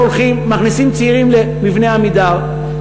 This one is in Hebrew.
אנחנו הולכים, מכניסים צעירים למבני "עמידר".